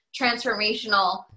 transformational